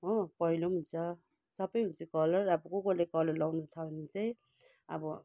हो पहेँलो हुन्छ सबै हुन्छ कलर अब को कसले कलर लगाउनु छ भने चाहिँ अब